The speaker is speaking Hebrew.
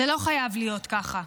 זה לא חייב להיות ככה.